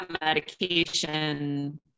medication